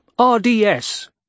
RDS